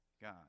God